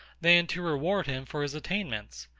than to reward him for his attainments.